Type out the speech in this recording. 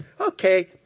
Okay